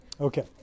Okay